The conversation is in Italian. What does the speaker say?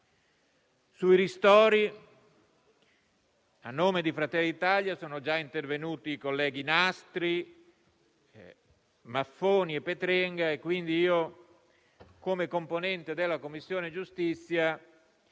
sui ristori, a nome di Fratelli d'Italia, sono già intervenuti i colleghi Nastri, Maffoni e Petrenga, quindi, come componente della Commissione giustizia,